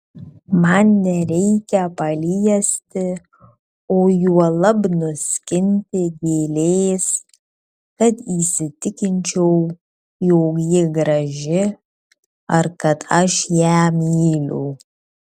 man nereikia paliesti o juolab nuskinti gėlės kad įsitikinčiau jog ji graži ar kad aš ją myliu